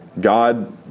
God